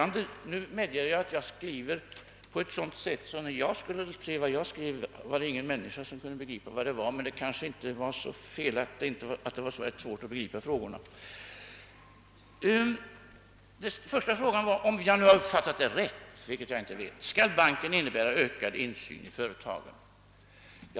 Nu medger jag att min handstil är sådan att ingen människa skulle kunna läsa vad jag skrivit, men frågorna kanske inte var så lätta att begripa. Den första frågan var — om jag uppfattat den rätt, vilket jag inte vet: Skall banken innebära ökad insyn i företagen?